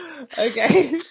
okay